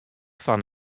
fan